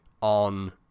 on